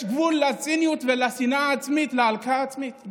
יש גבול לציניות ולשנאה ולהלקאה העצמית.